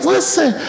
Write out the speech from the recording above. Listen